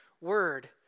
word